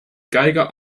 geiger